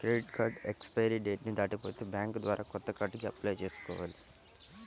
credit card expiry date ని దాటిపోతే bank ద్వారా కొత్త కార్డుకి అప్లై చేసుకోవాలి